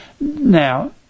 Now